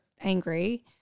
angry